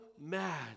mad